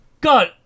God